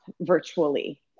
virtually